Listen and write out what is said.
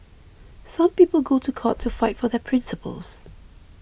some people go to court to fight for their principles